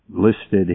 listed